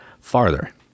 farther